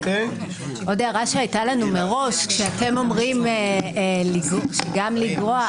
עוד הערה שהייתה לנו מראש: אתם אומרים "גם לגרוע".